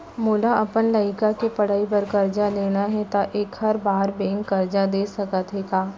मोला अपन लइका के पढ़ई बर करजा लेना हे, त एखर बार बैंक करजा दे सकत हे का?